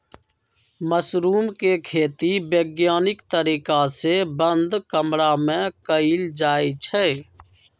mushroom के खेती वैज्ञानिक तरीका से बंद कमरा में कएल जाई छई